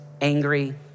angry